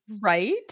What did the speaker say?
Right